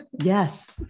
Yes